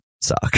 suck